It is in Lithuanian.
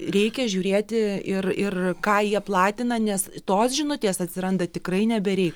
reikia žiūrėti ir ir ką jie platina nes tos žinutės atsiranda tikrai ne be rei